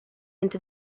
into